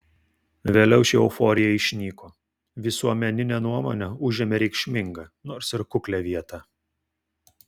vėliau ši euforija išnyko visuomeninė nuomonė užėmė reikšmingą nors ir kuklią vietą